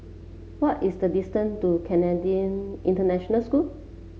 what is the distance to Canadian International School